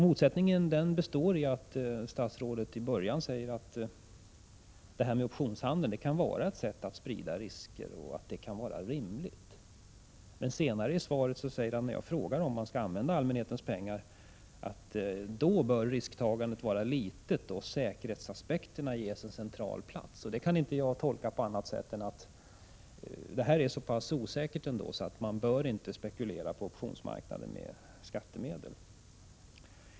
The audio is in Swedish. Motsättningen består i att statsrådet i början säger att optionshandel kan vara ett sätt att sprida risker som kan vara rimligt. Men senare i svaret, med anledning av min fråga om man skall använda allmänhetens pengar, säger han att risktagandet då bör vara litet och att säkerhetsaspekterna bör ges en central plats. Jag kan inte tolka det här på något annat sätt än att det ändå råder en så pass stor osäkerhet att man inte bör spekulera med skattemedel på optionsmarknaden.